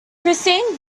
christine